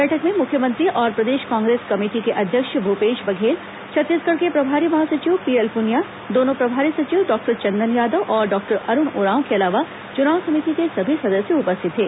बैठक में मुख्यमंत्री और प्रदेश काग्रेस कमेटी के अध्यक्ष भूपेश बघेल छत्तीसगढ़ के प्रभारी महासचिव पीएल पुनिया दोर्नो प्रभारी सचिव डॉक्टर चंदन यादव और डॉक्टर अरूण उरांव के अलावा चुनाव समिति के सभी सदस्य उपस्थित थे